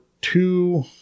two